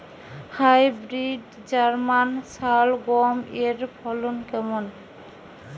Hybrid German শালগম এর ফলন কেমন?